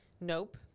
Nope